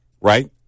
right